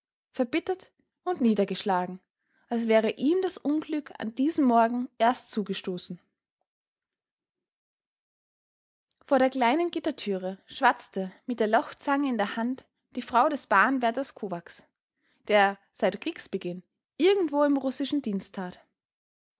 verbittert und niedergeschlagen als wäre ihm das unglück an diesem morgen erst zugestoßen vor der kleinen gittertüre schwatzte mit der lochzange in der hand die frau des bahnwärters kovacs der seit kriegsbeginn irgendwo im russischen dienst